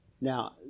Now